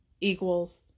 equals